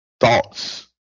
thoughts